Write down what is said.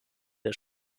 der